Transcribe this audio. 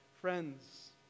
Friends